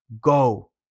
Go